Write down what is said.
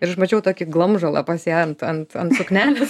ir aš mačiau tokį glamžalą pas ją ant ant ant suknelės